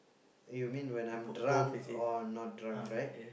you mean when I'm drunk or not drunk right